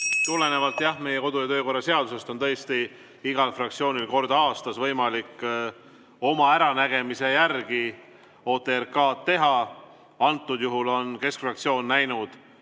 Tulenevalt meie kodu- ja töökorra seadusest on tõesti igal fraktsioonil kord aastas võimalik oma äranägemise järgi OTRK-d teha. Antud juhul on keskfraktsioon näinud